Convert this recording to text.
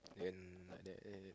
then like that eh